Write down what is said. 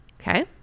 Okay